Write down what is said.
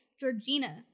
Georgina